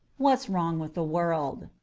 what's wrong with the world